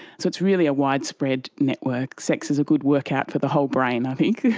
so it's really a widespread network. sex is a good workout for the whole brain i think.